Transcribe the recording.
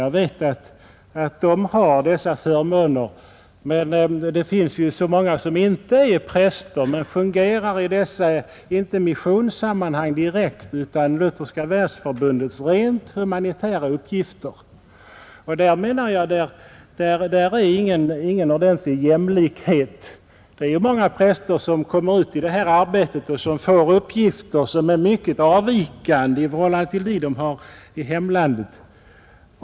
Jag vet att Nr 73 de har dessa förmåner, men det finns ju så många som inte är präster eller Torsdagen den missionärer och fungerar inte i missionssammanhang direkt utan t.ex. i 29 april 1971 frivilliga organisationers rent humanitära uppgifter. De, menar jag, har ———— nte fått någon ordentlig jämlikhet. Det finns präster som kommer ut i Ang. tillgodoräkhumanitärt arbete och får uppgifter som är mycket avvikande i nandet av praktik — förhållande till dem som de har i hemlandet.